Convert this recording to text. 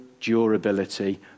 durability